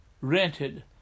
rented